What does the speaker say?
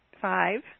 Five